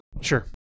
sure